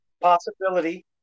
Possibility